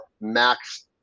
max